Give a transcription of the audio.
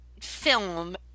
film